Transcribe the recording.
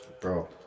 Bro